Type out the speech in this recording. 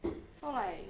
so like